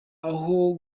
aho